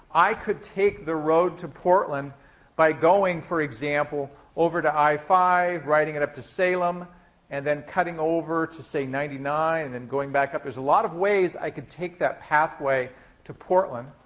i could take the road to portland by going, for example, over to i five, riding it up to salem and then cutting over to, say, ninety nine, and then going back up. there's a lot of ways i could take that pathway to portland,